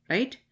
Right